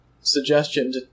suggestion